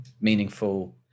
meaningful